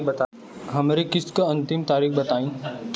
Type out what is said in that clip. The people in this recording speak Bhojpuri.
हमरे किस्त क अंतिम तारीख बताईं?